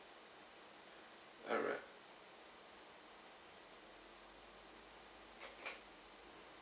alright